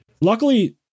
luckily